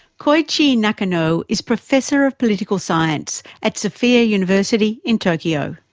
koichi nakano is professor of political science at sophia university in tokyo.